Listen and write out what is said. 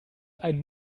ein